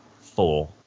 four